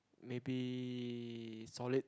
maybe solid